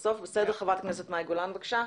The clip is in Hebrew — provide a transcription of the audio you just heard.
חברת הכנסת מאי גולן, בבקשה.